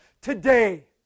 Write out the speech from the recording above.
today